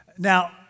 Now